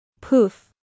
Poof